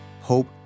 hope